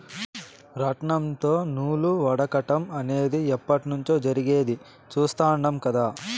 రాట్నంతో నూలు వడకటం అనేది ఎప్పట్నుంచో జరిగేది చుస్తాండం కదా